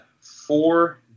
four